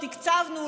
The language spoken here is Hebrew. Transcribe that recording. תקצבנו,